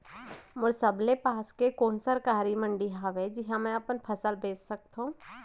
मोर सबले पास के कोन सरकारी मंडी हावे जिहां मैं अपन फसल बेच सकथव?